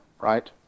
right